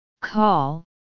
call